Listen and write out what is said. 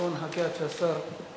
בואו נחכה עד שהשר יעלה.